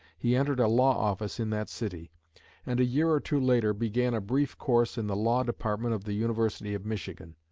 he entered a law office in that city and a year or two later began a brief course in the law department of the university of michigan.